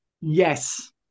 Yes